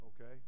okay